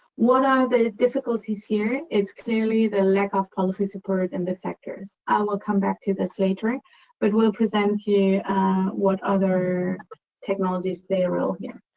what are the difficulties here? it's clearly the lack of policy support in the sectors. i will come back to this later but will present you you what other technologies they enroll here.